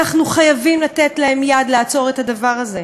אנחנו חייבים לתת להם יד לעצור את הדבר הזה.